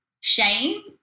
Shame